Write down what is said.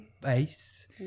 bass